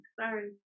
Sorry